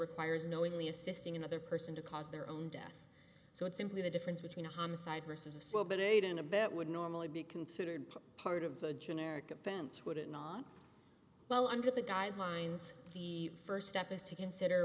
requires knowingly assisting another person to cause their own death so it's simply the difference between a homicide versus a slow but eight in a bet would normally be considered part of a generic offense would it not well under the guidelines the first step is to consider